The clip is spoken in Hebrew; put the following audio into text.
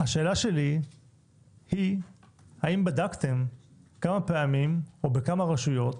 השאלה שלי היא האם בדקתם כמה פעמים או בכמה רשויות